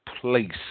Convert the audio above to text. place